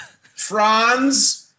Franz